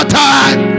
time